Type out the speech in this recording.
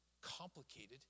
complicated